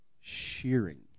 shearing